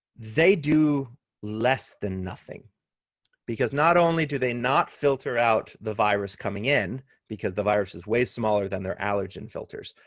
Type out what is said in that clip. they do less than nothing because not only do they not filter out the virus coming in because the virus is way smaller than their allergen filters,